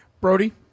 Brody